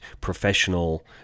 professional